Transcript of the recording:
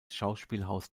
schauspielhaus